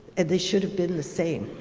and they should have been the same.